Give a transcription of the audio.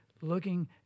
looking